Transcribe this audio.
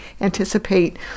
anticipate